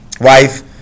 wife